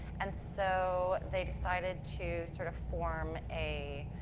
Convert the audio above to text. and so, they decided to sort of form a,